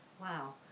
wow